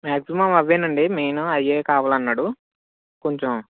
maximum అవి అండి main అవి కావాలన్నాడు కొంచెం